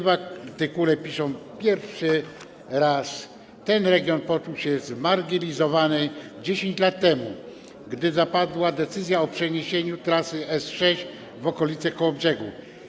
W artykule tym piszą: Pierwszy raz ten region poczuł się zmarginalizowany 10 lat temu, gdy zapadła decyzja o przeniesieniu trasy S6 w okolice Kołobrzegu.